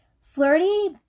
Flirty